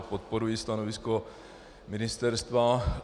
Podporuji stanovisko ministerstva.